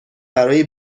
برای